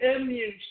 immune